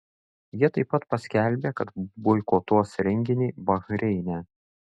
jie taip pat paskelbė kad boikotuos renginį bahreine